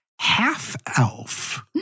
half-elf